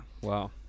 Wow